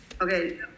Okay